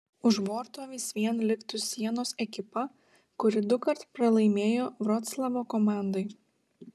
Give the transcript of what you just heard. už borto vis vien liktų sienos ekipa kuri dukart pralaimėjo vroclavo komandai